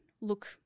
look –